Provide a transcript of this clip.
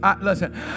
Listen